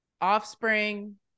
offspring